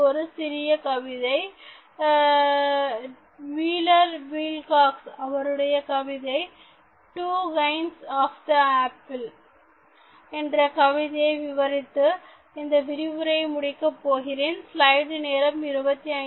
அதில் ஒரு சிறிய கவிதை வீலர் வில்காக்ஸ் என்பவருடைய கவிதை டு கைன்ஸ் ஆப் பீப்பிள் என்ற கவிதையை விவரித்து இந்த விரிவுரையை முடிக்கப் போகிறேன்